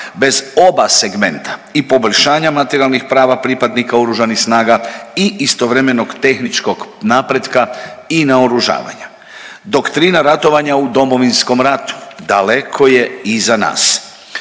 bez oba segmenta i poboljšanja materijalnih prava pripadnika Oružanih snaga i istovremenog tehničkog napretka i naoružavanja. Doktrina ratovanja u Domovinskom ratu daleko je iza nas,